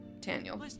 Daniel